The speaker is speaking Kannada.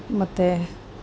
ಮತ್ತು